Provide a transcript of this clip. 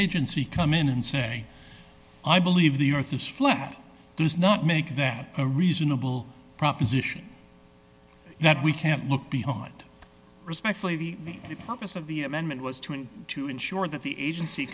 agency come in and say i believe the earth is flat does not make that a reasonable proposition that we can't look beyond respectfully the purpose of the amendment was to and to ensure that the agency